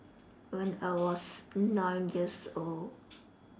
when I was nine years old